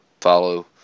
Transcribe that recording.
follow